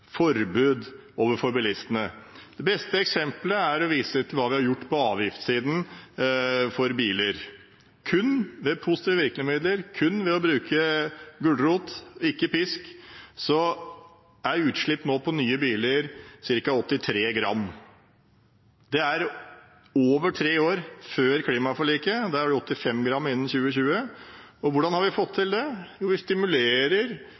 forbud overfor bilistene. Det beste eksemplet er å vise til hva vi har gjort på avgiftssiden for biler. Kun ved positive virkemidler, kun ved å bruke gulrot – ikke pisk – er utslippene fra nye biler på ca. 83 g – og det over tre år før klimaforliket på 85 g før 2020. Hvordan har vi fått